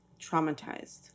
traumatized